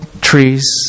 trees